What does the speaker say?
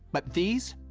but these.